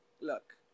look